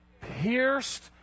pierced